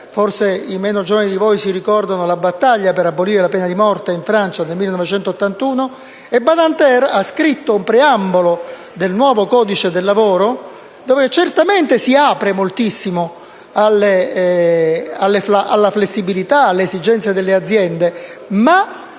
(forse i meno giovani di voi ricordano la battaglia per abolire la pena di morte in Francia nel 1981), il quale ha scritto un preambolo al nuovo codice del lavoro dove certamente si apre moltissimo alla flessibilità e alle esigenze delle aziende ma